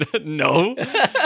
no